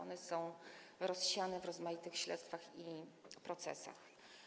One są rozsiane w rozmaitych śledztwach i procesach.